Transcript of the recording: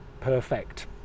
perfect